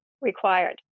required